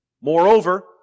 Moreover